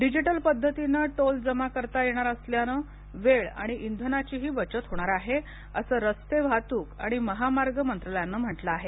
digital पद्धतीनं toll जमा करता येणार असल्यानं वेळ आणि इंधनाचीही बचत होणार आहे असं रस्ते वाहतूक आणि महामार्ग मंत्रालयानं म्हटलं आहे